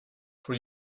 for